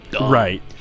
right